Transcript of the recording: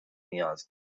نیاز